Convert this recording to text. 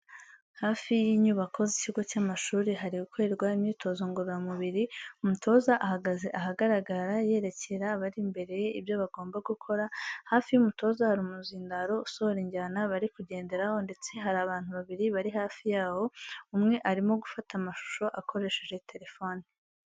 Hafi y'inyubako z'ikigo cy'amashuri hari gukorerwa imyitozo ngororamubiri, umutoza ahagaze ahagaragara yerekera abari imbere ye ibyo bagomba gukora, hafi y'umutoza hari umuzindaro usohora injyana bari kugenderaho ndetse hari abantu babiri bari hafi yawo, umwe arimo gufata amashusho akoresheje telefoni.